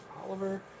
Oliver